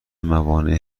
موانع